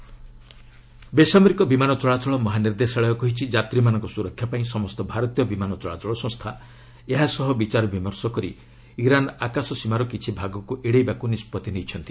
DGCA airline ବେସାମରିକ ବିମାନ ଚଳାଚଳ ମହାନିର୍ଦ୍ଦେଶାଳୟ କହିଛି ଯାତ୍ରୀମାନଙ୍କର ସୁରକ୍ଷା ପାଇଁ ସମସ୍ତ ଭାରତୀୟ ବିମାନ ଚଳାଚଳ ସଂସ୍ଥା ଏହା ସହ ବିଚାର ବିମର୍ଶ କରି ଇରାନ୍ ଆକାଶ ସୀମାର କିଛି ଭାଗକୁ ଏଡେଇବାକୁ ନିଷ୍କଭି ନେଇଛନ୍ତି